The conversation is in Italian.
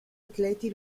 atleti